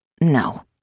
No